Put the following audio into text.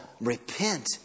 repent